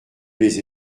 les